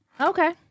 Okay